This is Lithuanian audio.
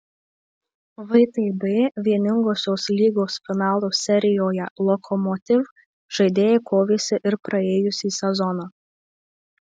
vtb vieningosios lygos finalo serijoje lokomotiv žaidėjai kovėsi ir praėjusį sezoną